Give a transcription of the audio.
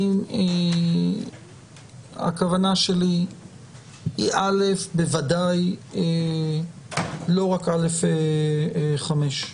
הכוונה שלי היא בוודאי לא רק א/5.